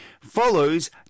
follows